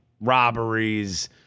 robberies